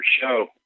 show